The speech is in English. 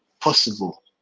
possible